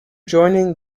joining